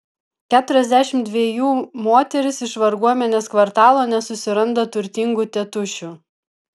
keturiasdešimt dvejų moteris iš varguomenės kvartalo nesusiranda turtingų tėtušių